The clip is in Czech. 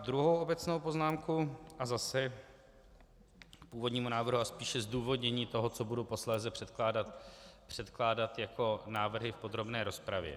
Druhou obecnou poznámku, a zase k původnímu návrhu, a spíše zdůvodnění toho, co budu posléze předkládat jako návrhy v podrobné rozpravě.